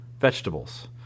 vegetables